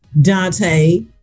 Dante